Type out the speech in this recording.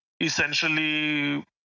essentially